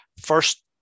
first